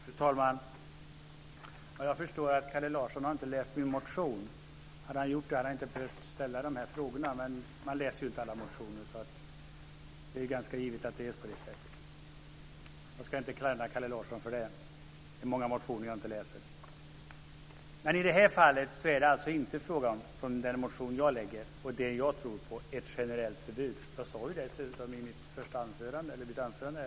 Fru talman! Jag förstår att Kalle Larsson inte har läst min motion. Om han hade gjort det hade han inte behövt ställa dessa frågor. Men man läser ju inte alla motioner. Det är ganska givet att det är på det sättet. Jag ska inte klandra Kalle Larsson för det. Det är många motioner som jag inte läser. Men i detta fall, när det handlar om den motion som jag har väckt och det som jag tror på, är det alltså inte fråga om ett generellt förbud. Jag sade detta i mitt anförande.